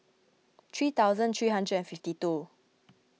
three thousand three hundred and fifty two